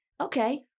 okay